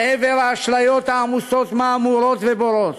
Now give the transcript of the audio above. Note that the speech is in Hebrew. עבר האשליות העמוסות מהמורות ובורות: